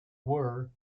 were